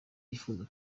yifuza